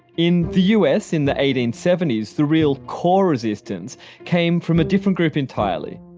in the u s, in the eighteen seventy s, the real core resistance came from a different group entirely,